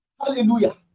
Hallelujah